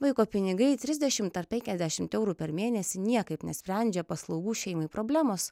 vaiko pinigai trisdešim ar penkiasdešim eurų per mėnesį niekaip nesprendžia paslaugų šeimai problemos